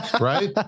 Right